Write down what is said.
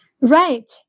Right